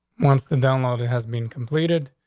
once the download it has been completed.